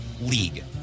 league